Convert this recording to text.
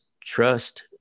trust